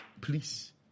please